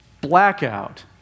blackout